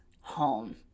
home